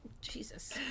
Jesus